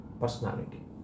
personality